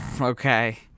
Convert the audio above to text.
Okay